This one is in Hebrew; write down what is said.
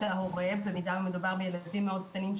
ההורה במידה ומדובר בילדים מאוד קטנים,